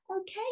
Okay